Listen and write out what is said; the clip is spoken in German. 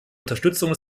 unterstützung